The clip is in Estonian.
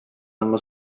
andma